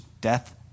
Death